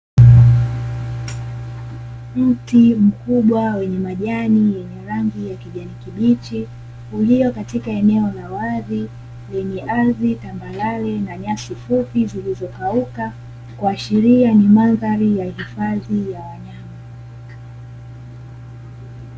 Mti mkubwa wenye majani ya rangi ya kijani kibichi, ulio katika eneo la wazi lenye ardhi tambarare na nyasi fupi zilizokauka, kuashiria ni mandhari ya hifadhi ya wanyama.